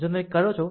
આમ જો તમે કરો છો